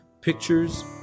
pictures